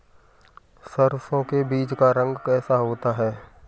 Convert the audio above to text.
सरसों के बीज का रंग कैसा होता है?